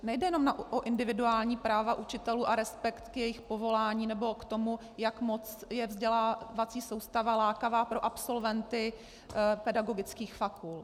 Nejde jen o individuální práva učitelů a respekt k jejich povolání nebo k tomu, jak moc je vzdělávací soustava lákavá pro absolventy pedagogických fakult.